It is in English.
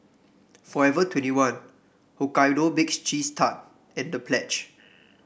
Forever Twenty One Hokkaido Baked Cheese Tart and Pledge